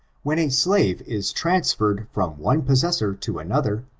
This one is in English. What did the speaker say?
when a slave is trans ferred from one possessor to another,